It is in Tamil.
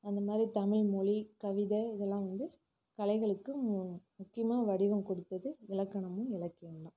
அந்த மாதிரி தமிழ்மொழி கவிதை இதெல்லாம் வந்து கலைகளுக்கு மு முக்கியமாக வடிவம் கொடுத்தது இலக்கணமும் இலக்கியமும் தான்